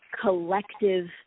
collective